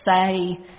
say